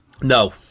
No